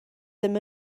ddim